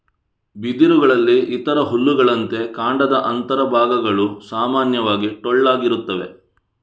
ಬಿದಿರುಗಳಲ್ಲಿ ಇತರ ಹುಲ್ಲುಗಳಂತೆ ಕಾಂಡದ ಅಂತರ ಭಾಗಗಳು ಸಾಮಾನ್ಯವಾಗಿ ಟೊಳ್ಳಾಗಿರುತ್ತದೆ